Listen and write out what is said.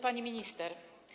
Pani Minister!